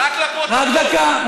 רק דקה,